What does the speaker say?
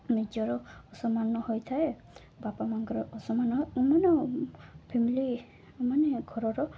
ନିଜର ଅସମାନ ହୋଇଥାଏ ବାପା ମାଆଙ୍କର ଅସମାନ ମାନେ ଫ୍ୟାମିଲିମାନେ ଘରର